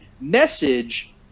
message